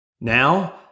Now